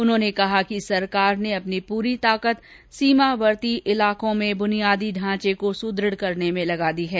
उन्होने कहा कि सरकार ने अपनी पूरी ताकत सीमावर्ती इलाकों में बुनियादी ढांचे को सुद्रढ करने में लगा दी है